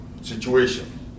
situation